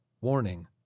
Warning